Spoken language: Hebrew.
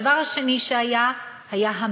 הדבר השני היה המינוי,